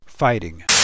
Fighting